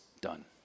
done